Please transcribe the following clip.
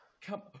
Come